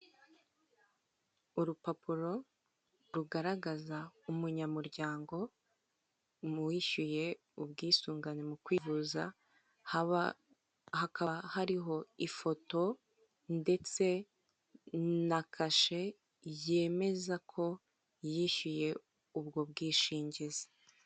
Urupapuro rugaragaza umunyamuryango muwishyuye ubwisungane mu kwivuza, hakaba hariho ifoto ndetse na kashe yemeza ko yishyuye ubwo bwishingizi.